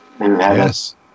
Yes